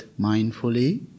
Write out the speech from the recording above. mindfully